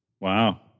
Wow